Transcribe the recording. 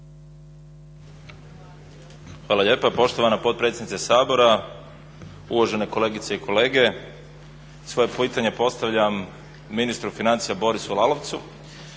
Hvala lijepa poštovana potpredsjednice Sabora. Uvažene kolegice i kolege. Svoje pitanje postavljam ministru financija Borisu Lalovcu.